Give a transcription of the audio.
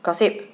gossip